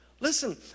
Listen